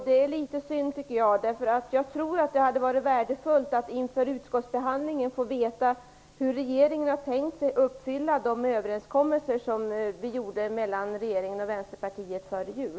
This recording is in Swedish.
Det är litet synd, för jag tror att det hade varit värdefullt att inför utskottsbehandlingen få veta hur regeringen har tänkt sig att uppfylla de överenskommelser som träffades mellan regeringen och Vänsterpartiet före jul.